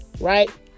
right